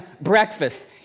breakfast